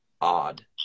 odd